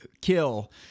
Kill